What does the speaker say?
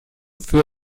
für